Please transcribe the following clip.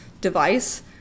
device